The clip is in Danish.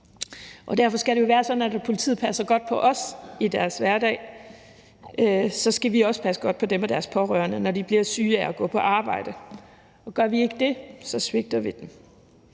Derfor skal det jo være sådan, at når politiet passer godt på os i deres hverdag, så skal vi også passe godt på dem og deres pårørende, når de bliver syge af at gå på arbejde. Gør vi ikke det, svigter vi dem.